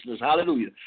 hallelujah